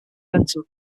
benson